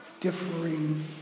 differing